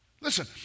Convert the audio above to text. Listen